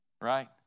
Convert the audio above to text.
right